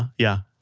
yeah.